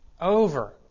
over